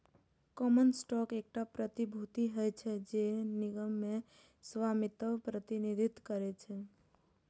common stock एकटा प्रतिभूति होइ छै, जे निगम मे स्वामित्वक प्रतिनिधित्व करै छै